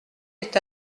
est